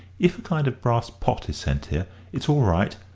if a kind of brass pot is sent here, it's all right.